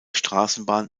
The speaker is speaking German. straßenbahn